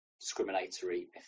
discriminatory